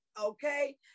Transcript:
Okay